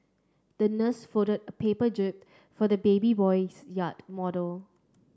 the nurse folded a paper jib for the baby boy's yacht model